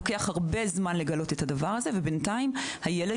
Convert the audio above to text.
לוקח הרבה זמן לגלות את הדבר הזה ובינתיים הילד